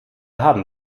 haben